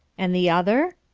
and the other?